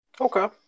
okay